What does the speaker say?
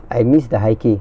I miss the high key